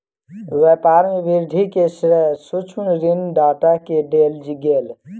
व्यापार में वृद्धि के श्रेय सूक्ष्म ऋण दाता के देल गेल